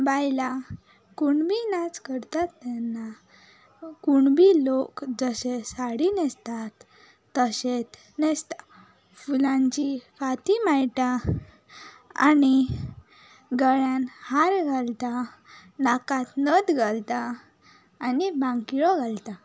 बायलां कुणबी नाच करतात तेन्ना कुणबी लोक जशे साडी न्हेंसतात तशेंत न्हेंसत् फुलांची फाती माळटात आनी गळ्यान हार घालता नाकात नत घालता आनी भांगटिळो घालता